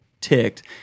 ticked